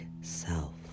self